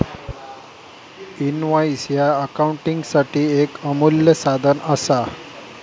invoice ह्या अकाउंटिंगसाठी येक अमूल्य साधन असा